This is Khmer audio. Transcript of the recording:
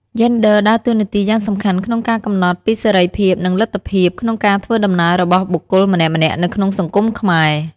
យេនដ័រដើរតួនាទីយ៉ាងសំខាន់ក្នុងការកំណត់ពីសេរីភាពនិងលទ្ធភាពក្នុងការធ្វើដំណើររបស់បុគ្គលម្នាក់ៗនៅក្នុងសង្គមខ្មែរ។